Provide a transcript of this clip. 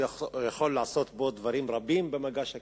הוא יכול לעשות דברים רבים במגש הכסף,